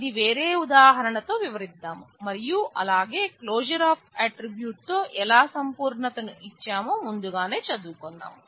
ఇది వేరే ఉదాహరణ తో వివరిద్దాం మరియు అలాగే క్లోజర్ ఆఫ్ అట్ట్రిబ్యూట్ తో ఎలా సంపూర్ణతను ఇచ్చామో ముందుగానే చదువుకున్నాం